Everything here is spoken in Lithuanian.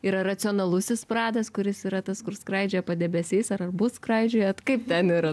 yra racionalusis pradas kuris yra tas kur skraidžioja padebesiais ar abu skraidžiojat kaip ten yra